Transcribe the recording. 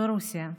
ברוסיה.